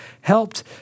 helped